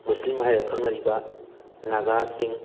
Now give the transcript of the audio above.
ꯃꯨꯁꯂꯤꯝ ꯍꯥꯏꯔꯒ ꯈꯪꯅꯔꯤꯕ ꯅꯒꯥꯁꯤꯡ